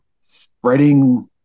spreading